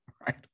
right